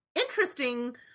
interesting